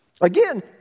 Again